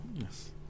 Yes